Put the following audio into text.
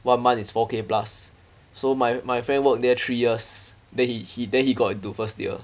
one month is four K plus so my my friend work there three years then he he then he got into first year